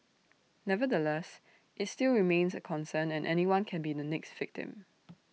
nevertheless IT still remains A concern and anyone can be the next victim